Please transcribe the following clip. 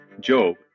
Job